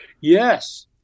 Yes